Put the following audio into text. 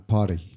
Party